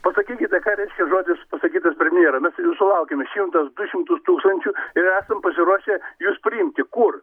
pasakykite ką reiškia žodis pasakytas premjero mes jūsų laukiame šimtas du šimtus tūkstančių ir esam pasiruošę jus priimti kur